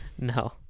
No